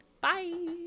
Bye